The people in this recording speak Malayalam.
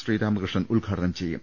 ശ്രീരാമകൃഷ്ണൻ ഉദ്ഘാടനം ചെയ്യും